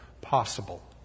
possible